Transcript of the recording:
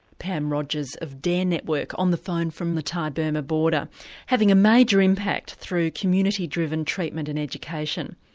pam rogers of dare network on the phone from the thai burma border having a major impact through community driven treatment and education.